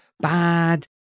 bad